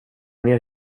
ner